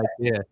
idea